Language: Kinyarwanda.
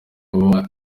uba